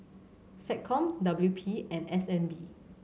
SecCom W P and S N B